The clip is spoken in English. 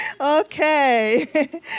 Okay